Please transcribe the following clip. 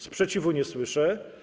Sprzeciwu nie słyszę.